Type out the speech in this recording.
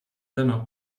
dennoch